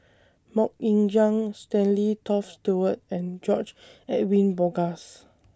Mok Ying Jang Stanley Toft Stewart and George Edwin Bogaars